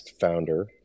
founder